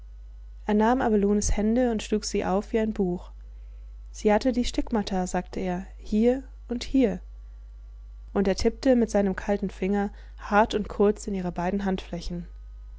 er nahm abelonens hände und schlug sie auf wie ein buch sie hatte die stigmata sagte er hier und hier und er tippte mit seinem kalten finger hart und kurz in ihre beiden handflächen